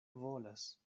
volas